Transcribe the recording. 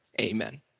amen